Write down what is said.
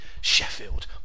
Sheffield